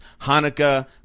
Hanukkah